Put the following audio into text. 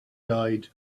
died